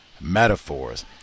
metaphors